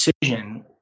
decision